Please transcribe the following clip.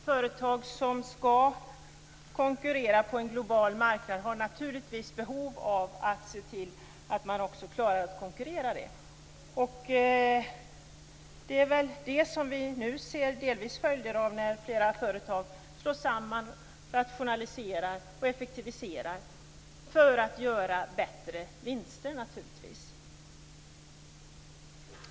Företag som skall konkurrera på en global marknad har behov av att se till att de klarar att göra det. Det kan vi nu delvis se följderna av när flera företag slås samman, rationaliserar och effektiviserar för att göra större vinster.